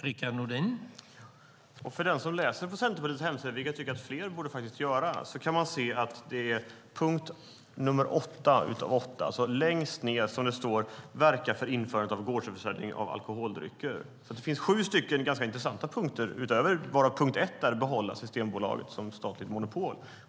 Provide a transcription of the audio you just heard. Herr talman! Jag tycker att fler borde läsa Centerpartiet hemsida. Då kan man se att gårdsförsäljningen är punkt 8 av 8. Längst ned står det att Centerpartiet vill verka för införande av gårdsförsäljning av alkoholdrycker. Det finns sju ganska intressanta punkter utöver denna, varav punkt 1 är att behålla Systembolaget som statligt monopol.